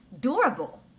durable